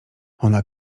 ona